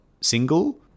single